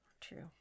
true